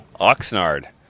Oxnard